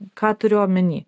ką turiu omeny